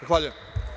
Zahvaljujem.